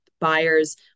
buyers